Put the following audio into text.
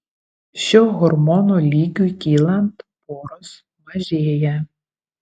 šio hormono lygiui kylant poros mažėja